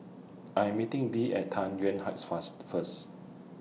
I Am meeting Bee At Tai Yuan Heights fast First